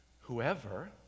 whoever